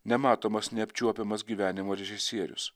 nematomas neapčiuopiamas gyvenimo režisierius